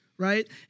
Right